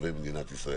לתושבי מדינת ישראל.